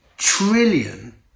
trillion